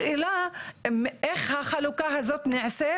השאלה היא איך החלוקה הזאת נעשית,